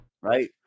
Right